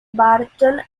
burton